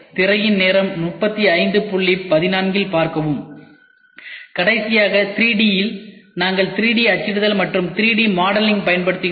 திரையின் நேரம் 3514 இல் பார்க்கவும் கடைசியாக 3D இல் நாங்கள் 3D அச்சிடுதல் மற்றும் 3D மாடலிங் பயன்படுத்துகிறோம்